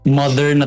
mother